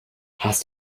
hast